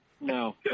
No